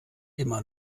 immer